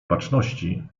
baczności